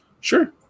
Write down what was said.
Sure